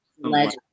legend